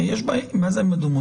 מה זה אדומות?